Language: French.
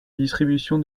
distribution